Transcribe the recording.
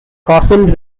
coffin